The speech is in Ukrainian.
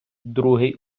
другий